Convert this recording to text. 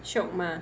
shiok mah